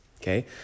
okay